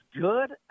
good